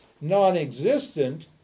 Non-existent